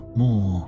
more